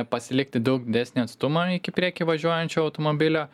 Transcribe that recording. pasilikti daug didesnį atstumą iki prieky važiuojančio automobilio